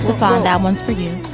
phone down once for